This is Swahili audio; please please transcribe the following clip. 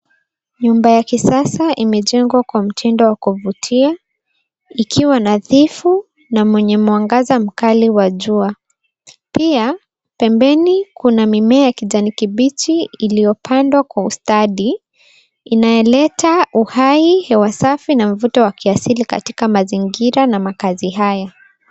Nyumba ya kisasa imejengwa kwa mtindo wa vutia, ikiwa nadhifu na mwenye mwangaza mkali wajua. Pia, pembeni kuna mimea ya kibichi iliopandwa kwa ustadi, inayeleta uhai hewa safi na mvuto wa kiasili katika mazingira na makazi haya.